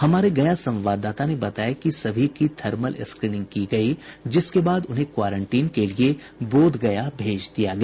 हमारे गया संवाददाता ने बताया कि सभी की थर्मल स्क्रीनिंग की गयी जिसके बाद उन्हें क्वारेंटीन के लिए बोध गया भेज दिया गया